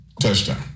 touchdown